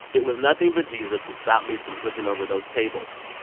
it was nothing but jesus to stop me from flipping over those tables.